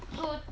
作文